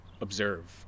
observe